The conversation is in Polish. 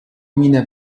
minę